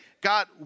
God